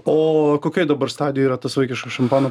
o kokioj dabar stadijoj yra tas vaikiškas šampano